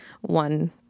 one